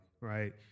right